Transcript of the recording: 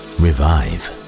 revive